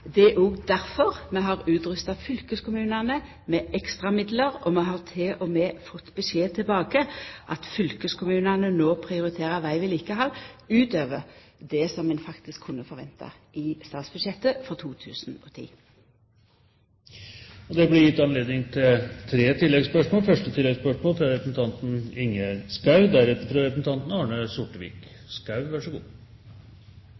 Det er òg difor vi har utrusta fylkeskommunane med ekstramidlar. Vi har til og med fått beskjed tilbake om at fylkeskommunane no prioriterer vegvedlikehaldet utover det som ein faktisk kunne forventa i statsbudsjettet for 2010. Det blir gitt anledning til tre oppfølgingsspørsmål – først Ingjerd Schou. Jeg tror jeg går tilbake til representanten